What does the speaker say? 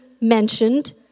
mentioned